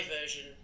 version